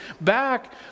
back